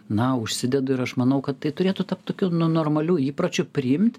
na užsidedu ir aš manau kad tai turėtų tapt tokiu nu normaliu įpročiu priimt